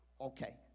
Okay